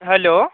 hello